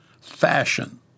fashion